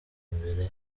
imbere